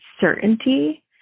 certainty